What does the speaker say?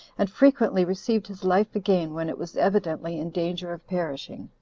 and frequently received his life again when it was evidently in danger of perishing.